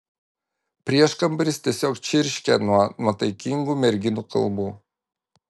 prieškambaris tiesiog čirškia nuo nuotaikingų merginų kalbų